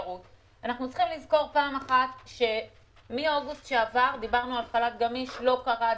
צריך לזכור שמאוגוסט שעבר דברנו על חל"ת גמיש וזה לא קרה.